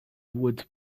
would